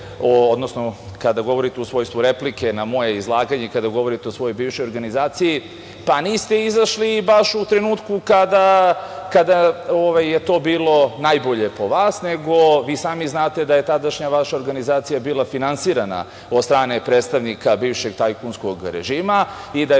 kada govorite u svojstvu replike na moje izlaganje i kada govorite o svojoj bivšoj organizaciji, pa, niste izašli baš u trenutku kada je to bilo najbolje po vas nego, vi i sami znate da je tadašnja vaša organizacija bila finansirana od strane predstavnika bivšeg tajkunskog režima i da je